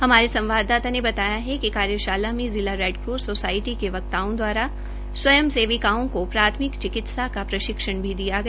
हमारे संवादाता ने बताया है कि कार्यशाला में जिला रेडक्रॉस सोसायटी के वक्ताओं द्वारा स्वयंसेविकाओं को प्राथमिक चिकित्सा का प्रशिक्षण भी दिया गया